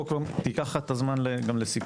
קח לך גם את הזמן לסיכומים.